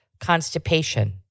constipation